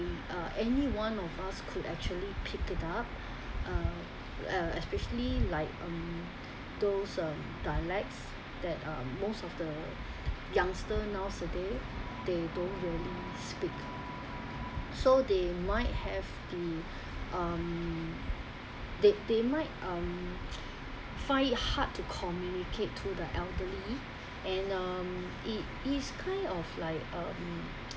we uh anyone of us could actually pick it up uh especially like um those um dialects that are most of the youngsters nowadays they don't really speak so they might have the um that they might um find it hard to communicate to the elderly and um is kind of like um